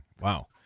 Wow